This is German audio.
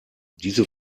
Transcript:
diese